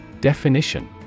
Definition